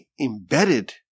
embedded